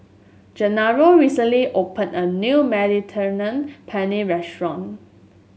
Genaro recently opened a new Mediterranean Penne Restaurant